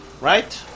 Right